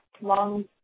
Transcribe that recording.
Long